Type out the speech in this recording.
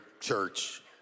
church